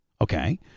okay